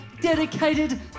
dedicated